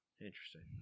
Interesting